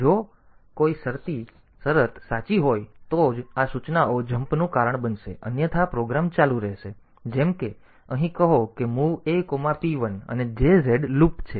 તેથી જો કોઈ શરત સાચી હોય તો જ આ સૂચનાઓ જમ્પનું કારણ બનશે અન્યથા પ્રોગ્રામ ચાલુ રહેશે જેમ કે અહીં કહો કે MOV Ap1 અને jz લૂપ છે